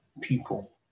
people